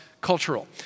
cultural